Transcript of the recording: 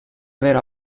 aver